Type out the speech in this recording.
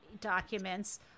documents